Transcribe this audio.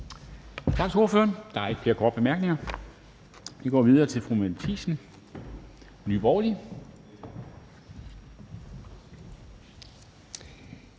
Tak til ordføreren. Der er ikke flere korte bemærkninger. Vi går videre til fru Mette Thiesen, Nye Borgerlige.